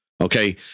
Okay